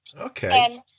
Okay